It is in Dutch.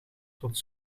tot